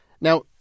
Now